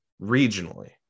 regionally